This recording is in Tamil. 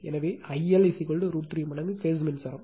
எனவே IL √ 3 மடங்கு பேஸ் மின்சாரம்